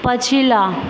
पछिला